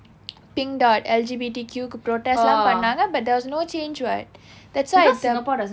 pink dot L_G_B_T_Q க்கு:kku protest எல்லாம் பண்ணாங்க:ellaam pannaanga but there was no change what that's why the